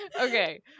okay